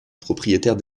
propriétaires